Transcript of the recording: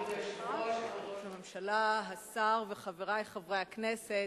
כבוד ראש הממשלה, השר וחברי חברי הכנסת,